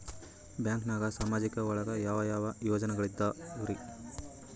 ಬ್ಯಾಂಕ್ನಾಗ ಸಾಮಾಜಿಕ ಒಳಗ ಯಾವ ಯಾವ ಯೋಜನೆಗಳಿದ್ದಾವ್ರಿ?